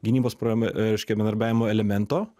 gynybos pram reiškia bendravimo elemento